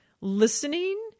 listening